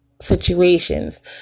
situations